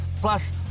Plus